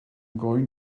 going